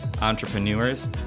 entrepreneurs